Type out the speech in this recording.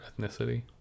ethnicity